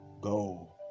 Go